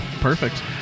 Perfect